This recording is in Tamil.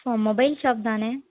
ஃபோ மொபைல் ஷாப் தானே